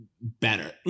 better